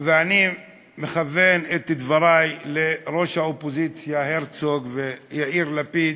ואני מכוון את דברי לראש האופוזיציה הרצוג וליאיר לפיד,